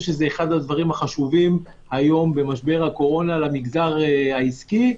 שזה אחד הדברים החשובים היום במשבר הקורונה למגזר העסקי.